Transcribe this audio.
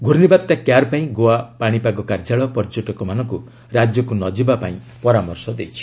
ଘୂର୍ଷ୍ଣବାତ୍ୟା 'Kyarr' ପାଇଁ ଗୋଆ ପାଣିପାଗ କାର୍ଯ୍ୟାଳୟ ପର୍ଯ୍ୟଟକମାନଙ୍କୁ ରାଜ୍ୟକୁ ନ ଯିବା ପାଇଁ ପରାମର୍ଶ ଦେଇଛି